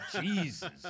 Jesus